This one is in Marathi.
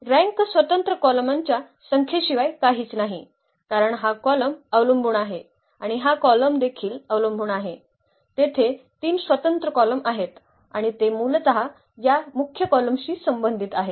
रँक स्वतंत्र कॉलमांच्या संख्येशिवाय काहीच नाही कारण हा कॉलम अवलंबून आहे आणि हा कॉलम देखील अवलंबून आहे तेथे 3 स्वतंत्र कॉलम आहेत आणि ते मूलतः या मुख्य कॉलमशी संबंधित आहेत